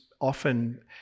often